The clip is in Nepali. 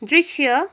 दृश्य